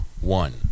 one